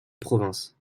province